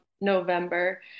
November